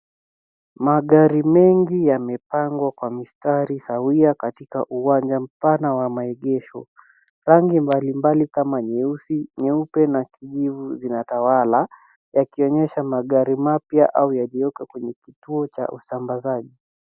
Magari mengi yamepangwa kwa mistari sawia katika uwanja mpana wa maegesho . Rangi mbalimbali kama nyeusi , nyeupe na kijivu zinatawala, yakionyesha magari mapya au yaliyoko kwenye kituo cha usambazaji.